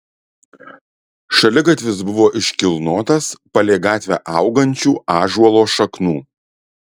šaligatvis buvo iškilnotas palei gatvę augančių ąžuolo šaknų